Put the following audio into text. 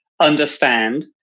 understand